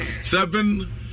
seven